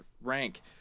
rank